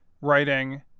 writing